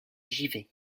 givet